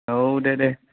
औ दे दे